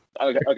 Okay